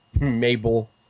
Mabel